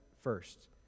first